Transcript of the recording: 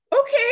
okay